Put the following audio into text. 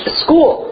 school